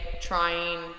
trying